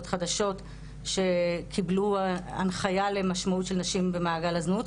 חדשות שקיבלו הנחייה למשמעות של נשים במעגל הזנות,